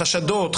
חשדות,